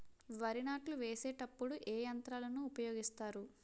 వరి నాట్లు వేసేటప్పుడు ఏ యంత్రాలను ఉపయోగిస్తారు?